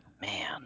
Man